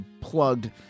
plugged